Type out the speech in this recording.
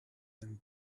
and